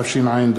54),